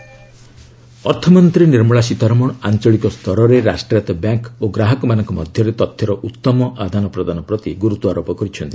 ନିର୍ମଳା ସୀତାରମଣ ଅର୍ଥମନ୍ତ୍ରୀ ନିର୍ମଳା ସୀତାରମଣ ଆଞ୍ଚଳିକ ସ୍ତରରେ ରାଷ୍ଟ୍ରାୟତ୍ତ ବ୍ୟାଙ୍କ ଓ ଗ୍ରାହକମାନଙ୍କ ମଧ୍ୟରେ ତଥ୍ୟର ଉତ୍ତମ ଆଦାନ ପ୍ରଦାନ ପ୍ରତି ଗୁରୁତ୍ୱାରୋପ କରିଛନ୍ତି